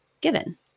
given